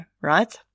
right